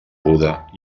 buda